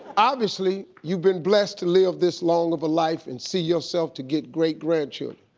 obviously you've been blessed to live this long of a life and see yourself to get great grandchildren.